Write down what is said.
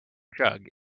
jug